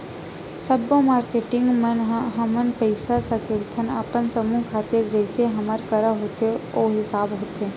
सब्बो मारकेटिंग मन ह हमन पइसा सकेलथन अपन समूह खातिर जइसे हमर करा होथे ओ हिसाब होथे